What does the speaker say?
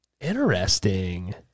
Interesting